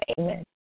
Amen